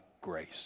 grace